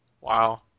Wow